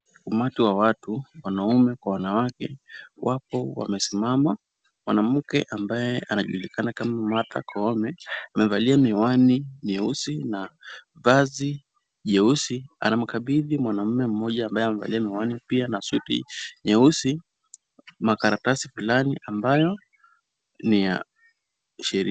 Umati wa mtu ,wanaume kwa wanawake wapo wamesimama. Mwanamke ambaye anajulikana kama Martha Koome amevalia miwani nyeusi na vazi jeusi anamkabidhi mwanamme mmoja ambaye amevalia miwani pia na suti nyeusi, makaratasi fulani ambayo ni ya sheria.